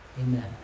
Amen